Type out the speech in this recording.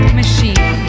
machine